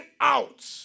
out